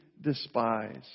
despise